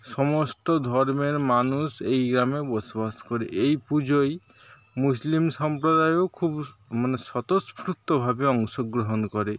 সমস্ত ধর্মের মানুষ এই গ্রামে বসবাস করে এই পুজোয় মুসলিম সম্প্রদায়ও খুব মানে স্বতঃস্ফূর্তভাবে অংশগ্রহণ করে